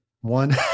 one